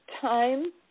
Time